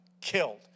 killed